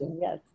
Yes